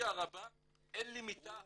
לשמחתי הרבה אין לי מיטה אחת --- הוא